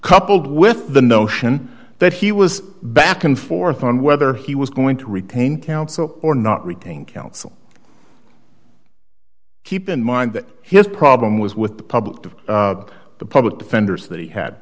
coupled with the notion that he was back and forth on whether he was going to retain counsel or not retained counsel keep in mind that his problem was with the public to the public defenders that he had